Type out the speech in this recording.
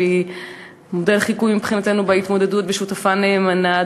שהיא מודל לחיקוי מבחינתנו בהתמודדות ושותפה נאמנה.